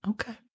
Okay